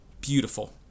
Beautiful